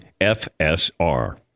fsr